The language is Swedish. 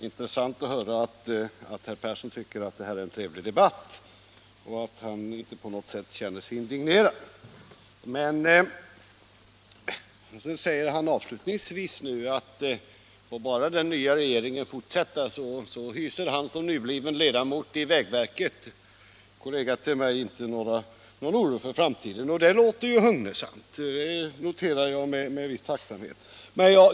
Herr talman! Det var ju intressant att höra att herr Persson i Heden tycker att det här är en trevlig debatt och att han inte på något sätt känner sig indignerad. Men herr Persson sade avslutningsvis att får bara den nya regeringen fortsätta, så hyser han som nybliven ledamot i vägverkets styrelse — kollega till mig — inte någon oro för framtiden. Det är ju hugnesamt att höra; det noterar jag med viss tacksamhet.